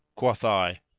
quoth i,